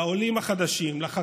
לעולים החדשים, לחקלאים,